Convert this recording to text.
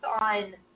on